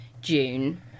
June